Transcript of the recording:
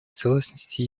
целостности